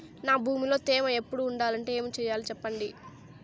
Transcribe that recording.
నా భూమిలో తేమ ఎప్పుడు ఉండాలంటే ఏమి సెయ్యాలి చెప్పండి?